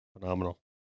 phenomenal